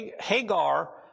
Hagar